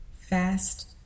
Fast